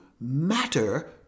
matter